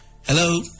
Hello